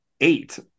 eight